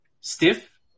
stiff